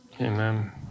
Amen